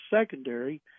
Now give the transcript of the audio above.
secondary